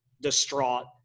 distraught